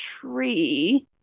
tree